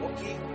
Okay